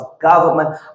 government